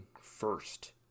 first